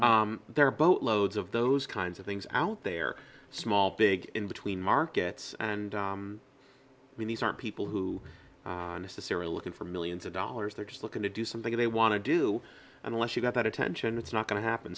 ok there boatloads of those kinds of things out there small big in between markets and i mean these are people who use the sarah looking for millions of dollars they're looking to do something they want to do unless you've got that attention it's not going to happen